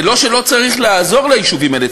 זה לא שלא צריך לעזור ליישובים האלה,